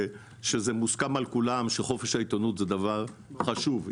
שזה מוסכם על כולם שחופש העיתונות זה דבר חשוב,